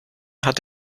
hat